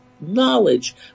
knowledge